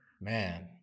man